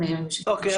אוקיי,